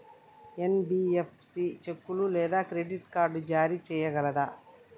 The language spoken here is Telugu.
ఎన్.బి.ఎఫ్.సి చెక్కులు లేదా క్రెడిట్ కార్డ్ జారీ చేయగలదా?